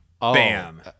Bam